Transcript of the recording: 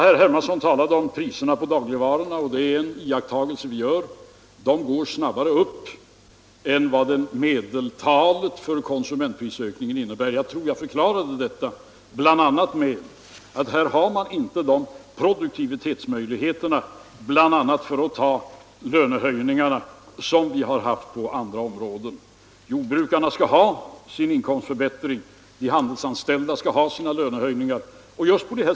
Herr Hermansson talade om priserna på dagligvaror, och det är en iakttagelse som vi gör att de går upp snabbare än vad medeltalet för konsumentprisökningen innebär. Jag tror att jag förklarade detta bl.a. med att det på det här området inte finns samma möjligheter att genom ökad produktivitet kompensera lönehöjningarna. Jordbrukarna skall ha sin inkomstförbättring, och de handelsanställda skall ha sina lönehöjningar.